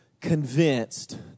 convinced